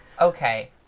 Okay